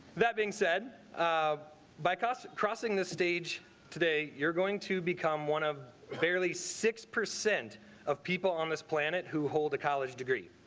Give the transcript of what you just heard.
that being said um by crossing crossing the stage today you're going to become one of barely six percent of people on this planet who hold a college degree,